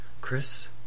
Chris